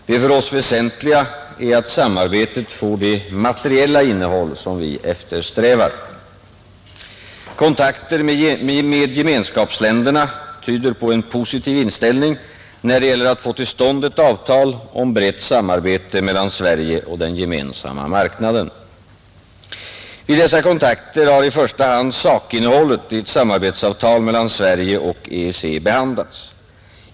Det för oss väsentliga är att samarbetet får det materiella innehåll, som vi eftersträvar. Kontakter med Gemenskapsländerna tyder på en positiv inställning när det gäller att få till stånd ett avtal om brett samarbete mellan Sverige och den gemensamma marknaden. Vid dessa kontakter har i första hand sakinnehållet i ett samarbetsavtal mellan Sverige och EEC behandlats.